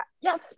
yes